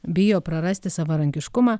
bijo prarasti savarankiškumą